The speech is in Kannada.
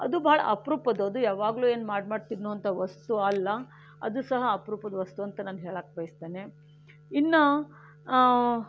ಅದು ಬಹಳ ಅಪರೂಪದ್ದು ಅದು ಯಾವಾಗಲೂ ಏನು ಮಾಡಿ ಮಾಡಿ ತಿನ್ನೋ ಅಂಥ ವಸ್ತು ಅಲ್ಲ ಅದು ಸಹ ಅಪರೂಪದ ವಸ್ತು ಅಂತ ನಾನು ಹೇಳಕ್ಕೆ ಬಯಸ್ತೇನೆ ಇನ್ನು